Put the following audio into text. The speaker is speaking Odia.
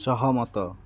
ସହମତ